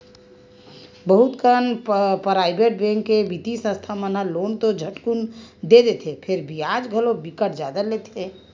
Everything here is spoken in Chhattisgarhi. बहुत कन पराइवेट बेंक के बित्तीय संस्था मन ह लोन तो झटकुन दे देथे फेर बियाज घलो बिकट जादा लेथे